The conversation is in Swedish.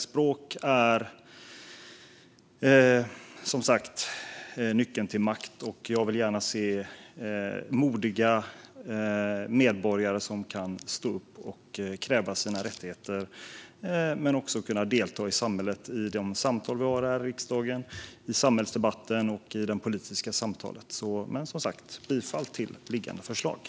Språk är som sagt nyckeln till makt. Jag vill gärna se modiga medborgare som kan stå upp för och kräva sina rättigheter men också delta i samhället, i de samtal vi har här i riksdagen, i samhällsdebatten och i det politiska samtalet. Jag yrkar som sagt bifall till utskottets förslag.